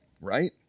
right